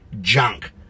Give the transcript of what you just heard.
junk